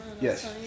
yes